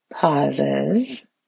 Pauses